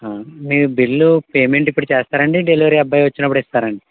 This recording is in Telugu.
మీరు బిల్లు పేమెంట్ ఇప్పుడు చేస్తారా అండి డెలివరీ అబ్బాయి వచ్చినప్పుడు ఇస్తారా అండి